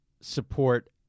support